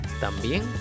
También